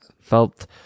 felt